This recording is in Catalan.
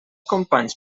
companys